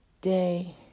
day